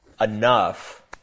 enough